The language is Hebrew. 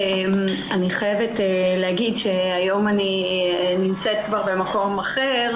אני חייבת להגיד שהיום אני נמצאת כבר במקום אחר,